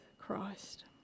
Christ